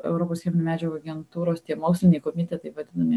europos cheminių medžiagų agentūros tie moksliniai komitetai vadinami